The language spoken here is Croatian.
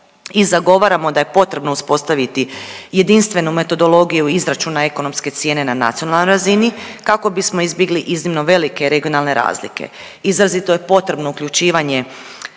i zagovaramo da je potrebno uspostaviti jedinstvenu metodologiju izračuna ekonomske cijene na nacionalnoj razini, kako bismo izbjegli iznimno velike regionalne razlike. Izrazito je potrebno uključivanje